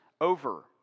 over